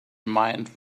mind